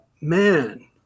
man